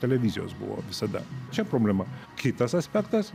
televizijos buvo visada čia problema kitas aspektas